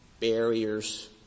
barriers